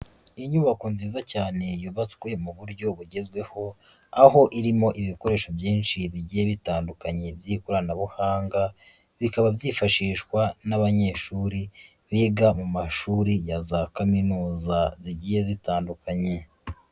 Inyubako nziza cyane yubatswe mu buryo bugezweho, aho irimo ibikoresho byinshi bigiye bitandukanye by'ikoranabuhanga, bikaba byifashishwa n'abanyeshuri biga mu mashuri ya za Kaminuza zigiye zitandukanye.